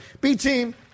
B-team